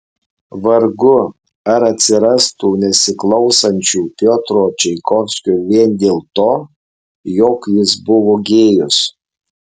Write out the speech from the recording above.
vargu ar atsirastų nesiklausančių piotro čaikovskio vien dėl to jog jis buvo gėjus